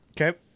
Okay